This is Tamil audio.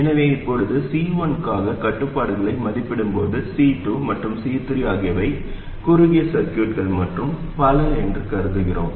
எனவே இப்போது C1 க்கான கட்டுப்பாடுகளை மதிப்பிடும்போது C2 மற்றும் C3 ஆகியவை குறுகிய சர்கியூட்கள் மற்றும் பல என்று கருதுகிறோம்